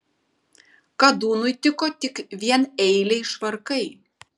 kadūnui tiko tik vieneiliai švarkai